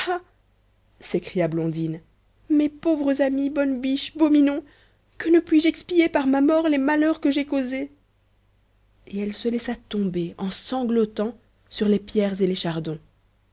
s'écria blondine mes pauvres amis bonne biche beau minon que ne puis-je expier par ma mort les malheurs que j'ai causés et elle se laissa tomber en sanglotant sur les pierres et les chardons